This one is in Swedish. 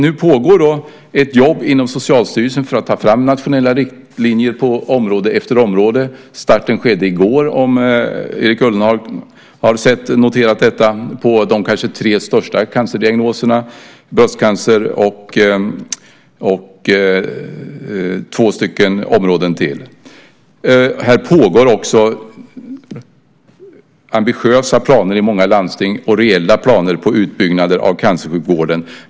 Nu pågår ett jobb inom Socialstyrelsen för att ta fram nationella riktlinjer på område efter område. Starten skedde i går, om Erik Ullenhag har noterat detta, när det gäller de tre största cancerdiagnoserna: bröstcancer och på två områden till. Här pågår också ambitiösa och reella planer i många landsting på utbyggnad av cancersjukvården.